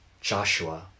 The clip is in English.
Joshua